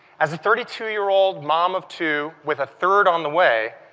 as a thirty two year old mom of two with a third on the way,